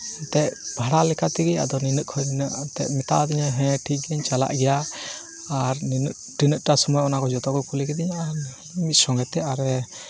ᱮᱱᱛᱮᱜ ᱵᱷᱟᱲᱟ ᱞᱮᱠᱟ ᱛᱮᱜᱮ ᱟᱫᱚ ᱱᱤᱱᱟᱹᱜ ᱠᱷᱚᱡ ᱱᱤᱱᱟᱹᱜ ᱮᱱᱛᱮᱜ ᱢᱮᱛᱟᱣ ᱫᱤᱧᱟᱭ ᱦᱮᱸ ᱴᱷᱤᱠ ᱜᱮᱭᱟ ᱪᱟᱞᱟᱜ ᱜᱮᱭᱟ ᱟᱨ ᱱᱤᱱᱟᱹᱜ ᱴᱟ ᱡᱚᱠᱷᱚᱱ ᱚᱱᱟ ᱠᱚ ᱡᱚᱛᱚ ᱠᱚ ᱠᱩᱞᱤ ᱠᱤᱫᱤᱧᱟ ᱢᱤᱫ ᱥᱚᱸᱜᱮ ᱛᱮ ᱟᱨᱮ